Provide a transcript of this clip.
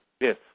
Yes